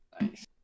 Nice